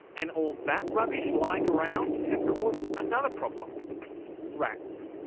and all that rubbish lying around has caused another problem rats.